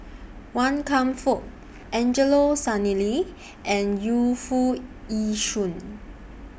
Wan Kam Fook Angelo Sanelli and Yu Foo Yee Shoon